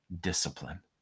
discipline